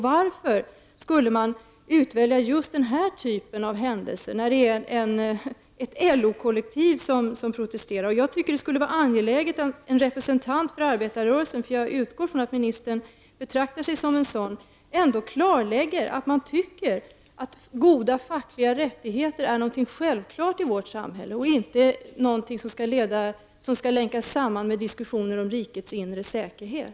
Varför skulle man utvälja just denna typ av händelser där ett LO-kollektiv protesterar? Jag tycker att det är angeläget att en representant för arbetarrörelsen -- jag utgår ifrån att ministern betraktar sig som en sådan -- klarlägger att man tycker att goda fackliga rättigheter är självklara i vårt samhälle och inte något som skall länkas samman med diskussioner om rikets inre säkerhet.